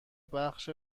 بخش